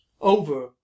over